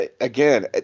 again